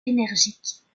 énergiques